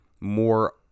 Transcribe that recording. more